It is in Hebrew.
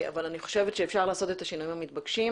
אני חושבת שאפשר לעשות את השינויים המתבקשים